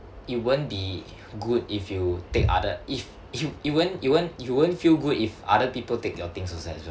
it won't be good if you take other if you you won't you won't you won't feel good if other people take your things also as well